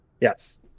yes